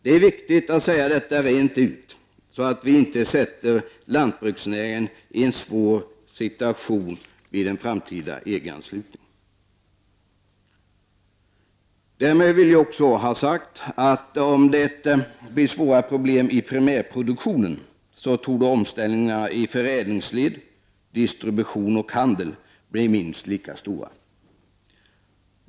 Det är viktigt att detta sägs rent ut, så att vi inte sätter lantbruksnäringen i en svår situation vid en framtida EG-anslutning. Därmed vill jag också ha sagt att om det blir svåra problem i primärproduktionen torde omställningarna i förädlingsledet, distributionsoch handelsledet bli lika stora.